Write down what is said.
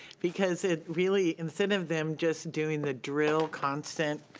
because it really, instead of them just doing the drill constant,